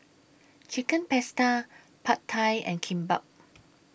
Chicken Pasta Pad Thai and Kimbap